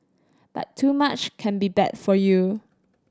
but too much can be bad for you